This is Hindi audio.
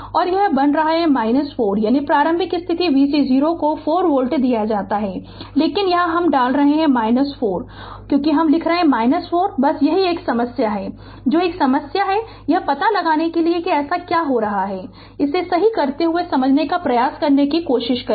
और यह बना रहा है 4 यानी प्रारंभिक स्थिति v c 0 को 4 वोल्ट दिया जाता है लेकिन यहां डाल रहे हैं 4 तो क्यों लिख रहे हैं 4 बस यही है कि यह एक समस्या है जो एक समस्या है यह पता लगाने के लिए कि ऐसा क्यों कर रहे हैं इसे सही करते हुए समझने प्रयास की कोशिश करें